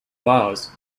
bars